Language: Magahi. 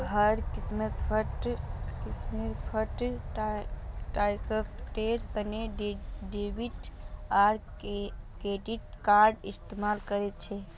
हर किस्मेर फंड ट्रांस्फरेर तने डेबिट आर क्रेडिट कार्डेर इस्तेमाल ह छे